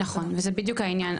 נכון וזה בדיוק העניין,